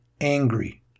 angry